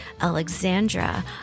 Alexandra